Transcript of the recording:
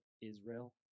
Israel